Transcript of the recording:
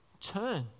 Turn